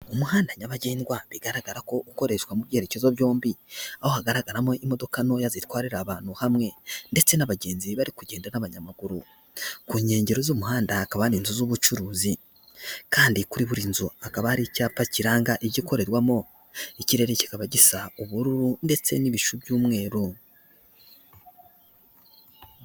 Umuhanda nyabagendwa bigaragara ko ukoreshwa mu byerekezo byombi aho hagaragaramo imodoka ntoya zitwarira abantu hamwe, ndetse n'abagenzi bari kugenda n'abanyamaguru, ku nkengero z'umuhanda hakaba inzu z'ubucuruzi kandi kuri buri nzu akaba ari icyapa kiranga igikorerwamo, ikirere kikaba gisa ubururu ndetse n'ibicu by'umweru.